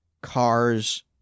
Cars